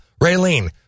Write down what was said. Raylene